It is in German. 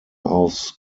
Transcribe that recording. aufs